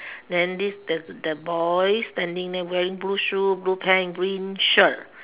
then this the the boy standing there wearing blue shoe blue pant green shirt